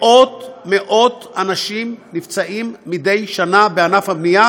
מאות-מאות אנשים נפצעים מדי שנה בענף הבנייה,